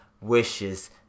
wishes